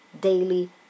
daily